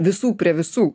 visų prie visų